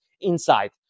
inside